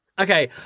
Okay